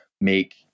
make